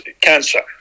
cancer